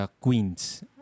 Queens